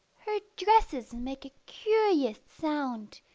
her dresses make a curious sound,